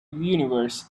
universe